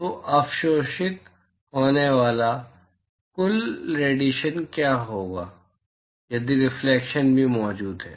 तो अवशोषित होने वाला कुल रेडिएशन क्या होगा यदि रिफ्लेक्शन भी मौजूद है